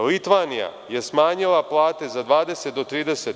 Litvanija je smanjila plate od 20 do 30%